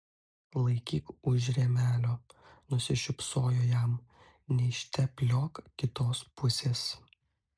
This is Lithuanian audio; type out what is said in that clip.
laikyk už rėmelio nusišypsojo jam neištepliok kitos pusės